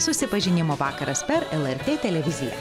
susipažinimo vakaras per lrt televiziją